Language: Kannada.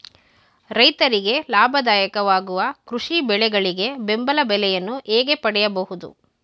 ರೈತರಿಗೆ ಲಾಭದಾಯಕ ವಾಗುವ ಕೃಷಿ ಬೆಳೆಗಳಿಗೆ ಬೆಂಬಲ ಬೆಲೆಯನ್ನು ಹೇಗೆ ಪಡೆಯಬಹುದು?